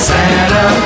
Santa